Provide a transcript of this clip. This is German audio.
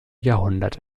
jahrhundert